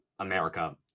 America